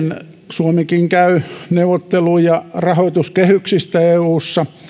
suomikin käy neuvotteluja rahoituskehyksistä eussa